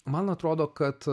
man atrodo kad